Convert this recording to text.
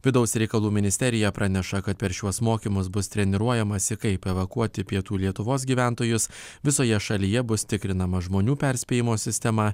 vidaus reikalų ministerija praneša kad per šiuos mokymus bus treniruojamasi kaip evakuoti pietų lietuvos gyventojus visoje šalyje bus tikrinama žmonių perspėjimo sistema